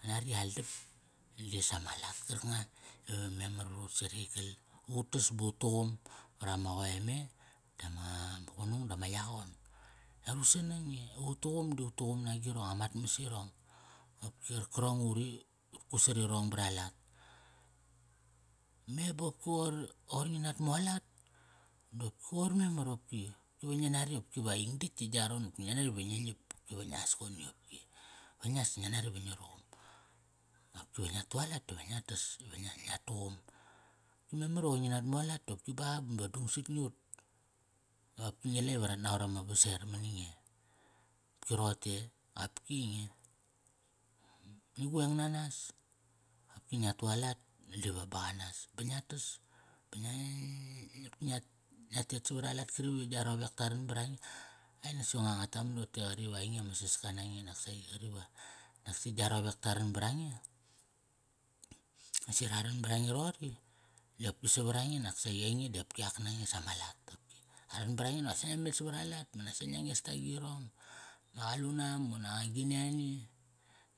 Ngua nari i aldap di sama lat. Karka nga ive memar var ut sariyigal, ut tas ba ut tuqum para ma qoe me, dama qunung dama yaqon. Ngia ru gi sanang i ut tuqum di ut tuqum na agirong amat mas irong. Qopki qarkarong i urit kut sarirong bara lat. Me bopki qoir, qoir ngi nat mu alat, da opki qoir memar opki. Ki va ngi nari ki va ing ditk ti gia ron, ki ngia nari ve ngi ngiap. Ki ve ngias koni qopki. Va ngias ti ngi nari va ngi ruqum. Qopki ve ngia tualat tive ngia tas, ive ngia, nga tuqun. Ki memar iva qoi ngi nat mualat ti opki ba ba ma dung sat ngiut. Qopki ngi la ive rat naqot ama vaser mani nge. Opki roqote e? Qopki nge. Ngi gueng nanas. Qopki ngia tu alat diva baqanas ba ngia tas. Ba. qopki ngia tet savara lat. Kari ve gia rowek ta ran bara nge, ai naksaqi i nga ngua taman rote qari va ainge ama saska nange nak saqi qari va naksi gia rowek taran barange. Nasi ra ran bara nge rori, di opki savara nge naksaqi ainge di opki ak nange sama lat opki. Ra ran bara nge naksa ngia met savara lat. Ba naksa ngia nges ta agirong. Nga qalunam unak agini ani.